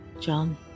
John